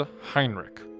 Heinrich